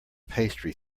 pastry